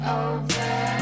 over